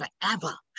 forever